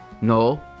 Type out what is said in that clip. No